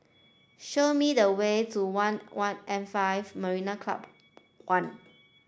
show me the way to One one and five Marina Club One